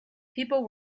people